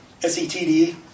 SETD